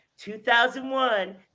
2001